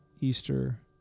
Easter